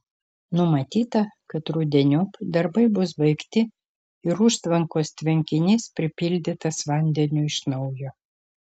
numatyta kad rudeniop darbai bus baigti ir užtvankos tvenkinys pripildytas vandeniu iš naujo